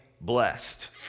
blessed